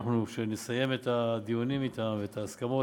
כשנסיים את הדיונים אתם ואת ההסכמות,